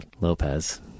Lopez